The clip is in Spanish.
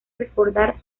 recordar